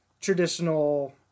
traditional